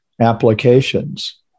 applications